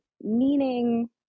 meaning